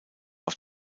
auf